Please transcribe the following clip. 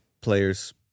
players